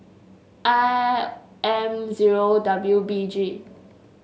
I M zero W B G